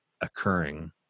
occurring